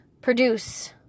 produce